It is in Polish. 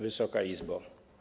Wysoka Izbo!